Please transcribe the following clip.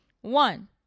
One